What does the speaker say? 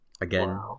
Again